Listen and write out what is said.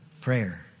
Prayer